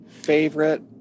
favorite